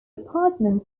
apartments